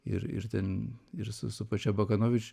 ir ir ten ir su su pačia bakanovič